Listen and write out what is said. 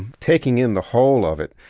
taking in the whole of it,